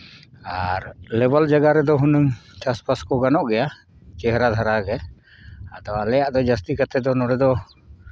ᱟᱨ ᱞᱮᱵᱮᱞ ᱡᱟᱭᱜᱟ ᱨᱮᱫᱚ ᱦᱩᱱᱟᱹᱝ ᱪᱟᱥᱼᱵᱟᱥ ᱠᱚ ᱜᱟᱱᱚᱜ ᱜᱮᱭᱟ ᱪᱮᱦᱨᱟ ᱫᱷᱟᱨᱟ ᱜᱮ ᱟᱫᱚ ᱟᱞᱮᱭᱟᱜ ᱫᱚ ᱡᱟᱹᱥᱛᱤ ᱠᱟᱛᱮᱫ ᱫᱚ ᱱᱚᱰᱮ ᱫᱚ